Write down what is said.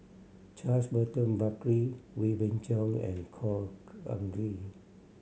Charles Burton Buckley Wee Beng Chong and Khor Ean Ghee